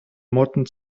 motten